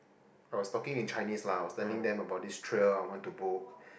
I was talking in Chinese lah I was telling them about this trail I want to book